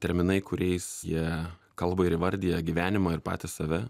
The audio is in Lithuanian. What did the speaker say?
terminai kuriais jie kalba ir įvardija gyvenimą ir patys save